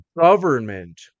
government